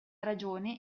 ragione